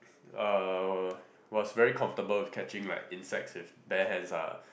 uh was very comfortable with catching like insects with bare hands ah